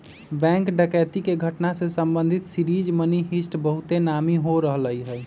bank डकैती के घटना से संबंधित सीरीज मनी हीस्ट बहुते नामी हो रहल हइ